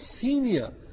senior